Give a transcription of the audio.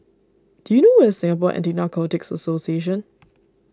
do you know where is Singapore Anti Narcotics Association